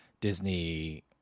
Disney